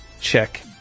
check